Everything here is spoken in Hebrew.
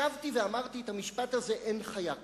שבתי ואמרתי את המשפט הזה: אין חיה כזאת,